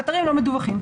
האתרים לא מדווחים,